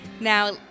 Now